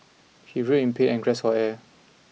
he writhed in pain and grasp for air